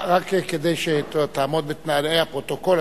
רק כדי שתעמוד בתנאי הפרוטוקול,